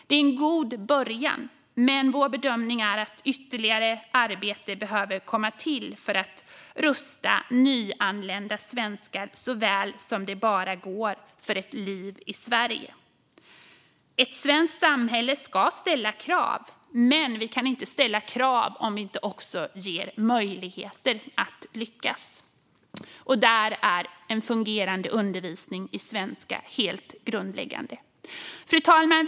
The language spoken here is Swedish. Det är en god början, men vår bedömning är att ytterligare arbete behöver komma till för att rusta nyanlända svenskar så väl som det bara går för ett liv i Sverige. Ett svenskt samhälle ska ställa krav, men vi kan inte ställa krav om vi inte också ger möjligheter att lyckas. Där är en fungerande undervisning i svenska helt grundläggande. Fru talman!